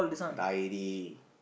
die already